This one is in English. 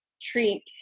treat